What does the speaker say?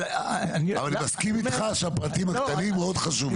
אבל אני מסכים איתך שהפרטים הקטנים מאוד חשובים.